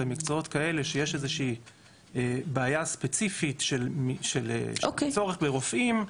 במקצועות כאלה שיש איזושהי בעיה ספציפית של צורך ברופאים,